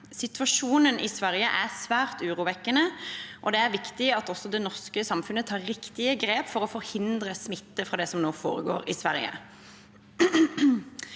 Situasjonen i Sverige er svært urovekkende, og det er viktig at også det norske samfunnet tar riktige grep for å forhindre smitte fra det som nå foregår i Sverige.